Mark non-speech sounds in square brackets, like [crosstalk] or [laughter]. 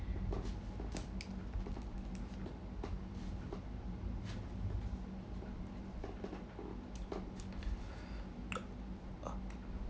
[breath]